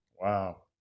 Wow